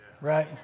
right